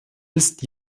ist